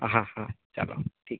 હા હા ચાલો ઠીક